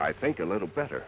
i think a little better